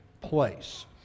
place